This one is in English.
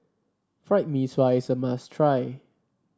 Fried Mee Sua is a must try